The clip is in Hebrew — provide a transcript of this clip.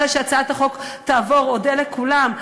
אחרי שהצעת החוק תעבור אודה לכולם,